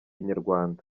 inyarwanda